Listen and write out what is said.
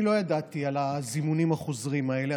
אני לא ידעתי על הזימונים החוזרים האלה.